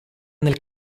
nel